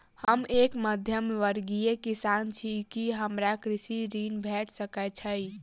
हम एक मध्यमवर्गीय किसान छी, की हमरा कृषि ऋण भेट सकय छई?